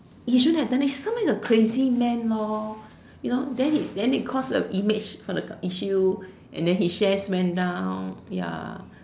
he shouldn't have done it he's sometimes a crazy man lor you know then he then they cause the image for the issue and then he shares went down ya